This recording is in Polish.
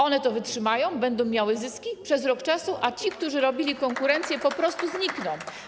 One to wytrzymają, będą miały zyski przez rok czasu, a ci, którzy robili konkurencję, po prostu znikną.